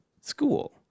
school